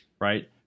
right